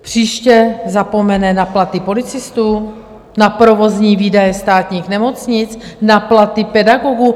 Příště zapomene na platy policistů, na provozní výdaje státních nemocnic, na platy pedagogů?